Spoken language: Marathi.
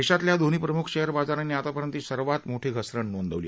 देशातल्या दोन्ही प्रमुख शेअर बाजारांनीआतापर्यंतची सर्वात मोठी घसरण आज नोंदवली